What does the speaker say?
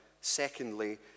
Secondly